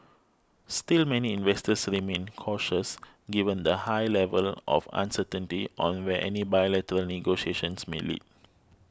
still many investors remained cautious given the high level of uncertainty on where any bilateral negotiations may lead